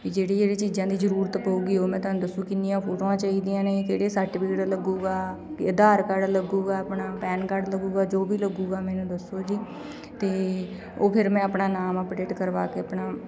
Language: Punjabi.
ਵੀ ਜਿਹੜੀ ਜਿਹੜੀ ਚੀਜ਼ਾਂ ਦੀ ਜ਼ਰੂਰਤ ਪਵੇਗੀ ਉਹ ਮੈਂ ਤੁਹਾਨੂੰ ਦੱਸੂ ਕਿੰਨੀਆਂ ਫੋਟੋਆਂ ਚਾਹੀਦੀਆਂ ਨੇ ਕਿਹੜੇ ਸਰਟੀਫਿਕੇਟ ਲੱਗੇਗਾ ਕਿ ਆਧਾਰ ਕਾਰਡ ਲੱਗੇਗਾ ਆਪਣਾ ਪੈਨ ਕਾਰਡ ਲੱਗੇਗਾ ਜੋ ਵੀ ਲੱਗੇਗਾ ਮੈਨੂੰ ਦੱਸੋ ਜੀ ਅਤੇ ਉਹ ਫਿਰ ਮੈਂ ਆਪਣਾ ਨਾਮ ਅਪਡੇਟ ਕਰਵਾ ਕੇ ਆਪਣਾ